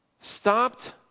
stopped